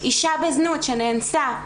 אישה בזנות שנאנסה,